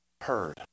heard